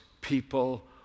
people